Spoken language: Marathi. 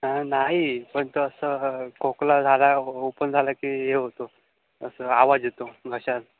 नाही पण तो असं खोकला झाला ओपन झाला की हे होतो असं आवाज येतो घशात